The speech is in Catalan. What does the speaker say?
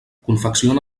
confecciona